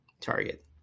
target